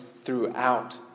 throughout